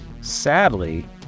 Sadly